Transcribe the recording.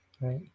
Right